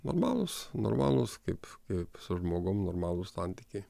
normalūs normalūs kaip su žmogum normalūs santykiai